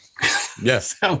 Yes